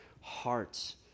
hearts